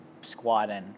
squatting